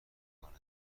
کنه